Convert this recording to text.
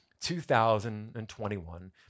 2021